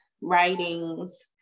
writings